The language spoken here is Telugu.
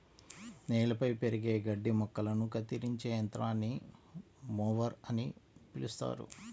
నేలపై పెరిగే గడ్డి మొక్కలను కత్తిరించే యంత్రాన్ని మొవర్ అని పిలుస్తారు